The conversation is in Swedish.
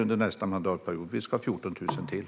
Under nästa mandatperiod ska vi ha 14 000 till.